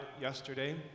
yesterday